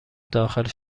داخل